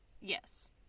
Yes